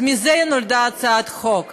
מזה נולדה הצעת החוק.